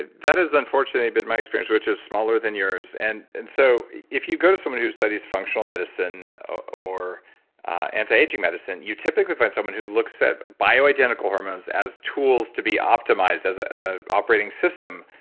that has unfortunately been my experience which is smaller than yours, and and so if you go to somebody who studies functional medicine or anti-aging medicine you typically find someone who looks at bioidentical hormones as tools to be optimized as ah as a operating system,